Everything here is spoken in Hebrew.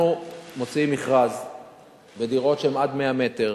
אנחנו מוציאים מכרז בדירות שהן עד 100 מטר